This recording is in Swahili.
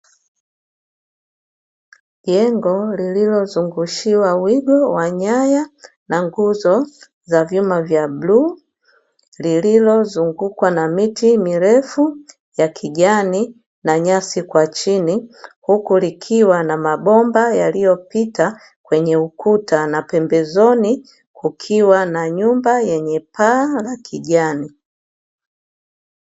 Jengo lililozungushiwa wigo wa nyaya na nguzo za vyuma vya bluu, lililozungukwa na miti mirefu ya kijani na nyasi kwa chini, huku likiwa na mabomba yaliyopita kwenye ukuta na pembezoni kukiwa na nyumba yenye paa la kijani.